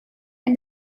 and